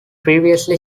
previously